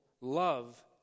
love